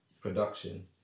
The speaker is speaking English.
production